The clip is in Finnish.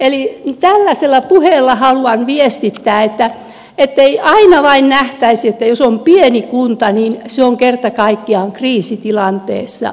eli tällaisella puheella haluan viestittää ettei aina vain nähtäisi että jos on pieni kunta niin se on kerta kaikkiaan kriisitilanteessa